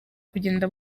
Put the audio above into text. kugenda